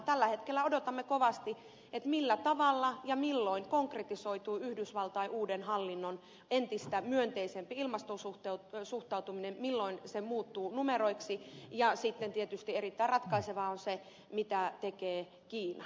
tällä hetkellä odotamme kovasti millä tavalla ja milloin konkretisoituu yhdysvaltain uuden hallinnon entistä myönteisempi ilmastoon suhtautuminen milloin se muuttuu numeroiksi ja sitten tietysti erittäin ratkaisevaa on se mitä tekee kiina